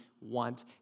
want